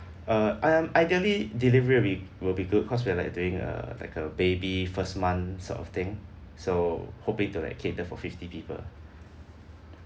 uh I am ideally delivery will be good because we are like doing a like a baby first month sort of thing so hoping to like cater for fifty people